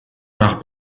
nach